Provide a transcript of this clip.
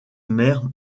mère